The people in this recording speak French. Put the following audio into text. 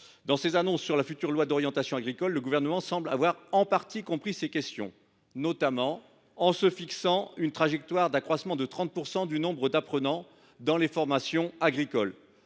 Dans ses annonces sur la future loi d’orientation agricole, le Gouvernement semble avoir en partie compris l’importance de ces questions. Il a notamment fixé une trajectoire d’accroissement de 30 % du nombre d’apprenants dans les formations agricoles.